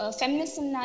feminism